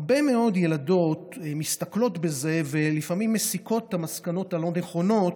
הרבה מאוד ילדות מסתכלות בזה ולפעמים מסיקות את המסקנות הלא-נכונות,